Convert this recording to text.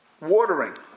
watering